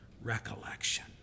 recollection